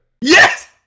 yes